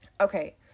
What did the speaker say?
Okay